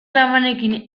labanekin